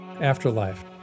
Afterlife